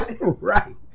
Right